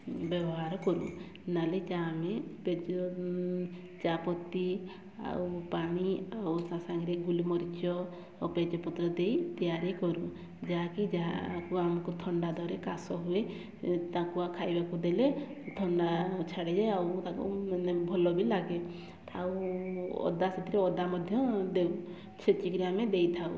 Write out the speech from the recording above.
ବ୍ୟବହାର କରୁ ନାଲି ଚା ଆମେ ତେଜ ଚା ପତି ଆଉ ପାଣି ଆଉ ତା ସାଙ୍ଗରେ ଗୋଲମରିଚ ପକାଇକି ତିଆରି କରୁ ଯାହାକି ଯାହାକୁ ଆମକୁ ଥଣ୍ଡା ଧରେ କାଶ ହୁଏ ତାଙ୍କୁ ଖାଇବାକୁ ଦେଲେ ଥଣ୍ଡା ଛାଡ଼ି ଯାଏ ଓ ତାକୁ ଭଲ ବି ଲାଗେ ଆଉ ଅଦା ସେଥିରେ ଅଦା ମଧ୍ୟ ସେତିକିରେ ଆମେ ଦେଇଥାଉ